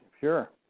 sure